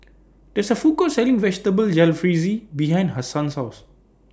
There IS A Food Court Selling Vegetable Jalfrezi behind Hassan's House